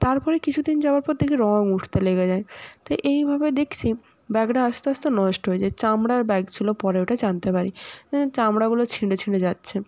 তারপরে কিছু দিন যাওয়ার পর দেখি রং উঠতে লেগে যায় তো এইভাবে দেখছি ব্যাগটা আস্তে আস্তে নষ্ট হয়ে যায় চামড়ার ব্যাগ ছিলো পরে ওটা জানতে পারি চামড়াগুলো ছিঁড়ে ছিঁড়ে যাচ্ছে